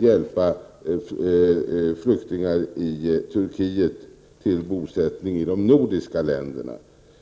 hjälpa flyktingar i Turkiet till en bosättning i de nordiska länderna.